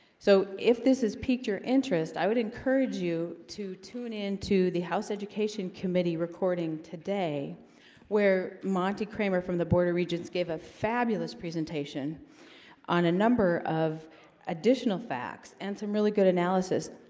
so if this is piqued your interest i would encourage you to tune into the house education committee recording today where marty kramer from the board of regents gave a fabulous presentation on a? number of additional facts and some really good analysis